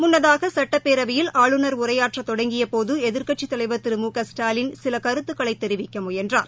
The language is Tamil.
முன்னதாக சட்டப்பேரவையில் ஆளுநர் உரையாற்ற தொடங்கியபோது எதிர்க்கட்சித் தலைவர் திரு மு க ஸ்டாலின் சில கருத்துக்களை தெரிவிக்க முயன்றார்